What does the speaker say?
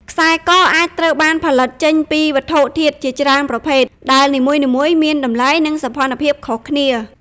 ខ្សែ ក អាចត្រូវបានផលិតចេញពីវត្ថុធាតុជាច្រើនប្រភេទ ដែលនីមួយៗមានតម្លៃ និងសោភ័ណភាពខុសគ្នា។